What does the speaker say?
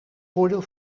voordeel